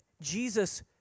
Jesus